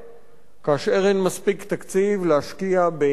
כאשר אין מספיק תקציב להשקיע בספריות,